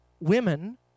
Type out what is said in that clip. women